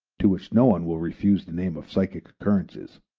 to which no one will refuse the name of psychic occurrences,